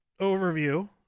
overview